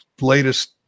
latest